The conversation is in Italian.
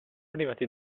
arrivati